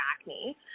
acne